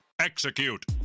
execute